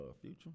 Future